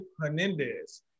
Hernandez